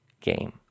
game